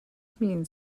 meant